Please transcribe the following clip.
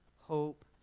hope